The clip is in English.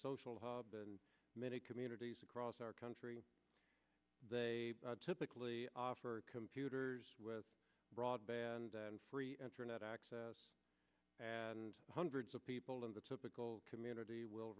how many communities across our country they typically offer computers with broadband and free internet access and hundreds of people in the typical community will